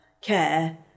care